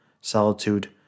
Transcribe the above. solitude